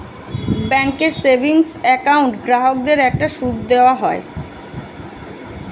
ব্যাঙ্কের savings account গ্রাহকদের একটা সুদ দেওয়া হয়